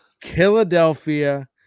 Philadelphia